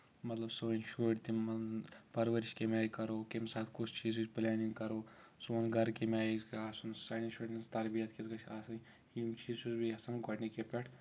مطلب سٲنۍ شُرۍ تِمن پرؤرِش کمہِ آیہِ کَرو کمہِ ساتہٕ کُس چیٖزٕچ پٔلینِنگ کرو سون گرٕ کمہِ آیہِ گژھِ آسُن سانٮ۪ن شُرٮ۪ن ہٕنٛز تربِیت کِژھ گژھٕ آسٕنۍ یِم چیٖز چھُس بہٕ یژھان گۄڈٕنِکی پٮ۪ٹھ